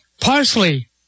Parsley